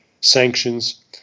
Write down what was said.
sanctions